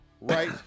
right